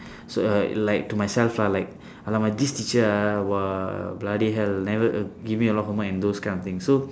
so like like to myself lah like !alamak! this teacher ah !wah! bloody hell never err give me a lot of homework and those kind of thing so